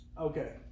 Okay